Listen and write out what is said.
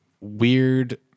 Weird